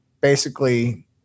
basically-